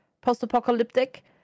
post-apocalyptic